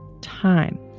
time